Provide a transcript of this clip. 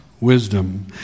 wisdom